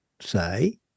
say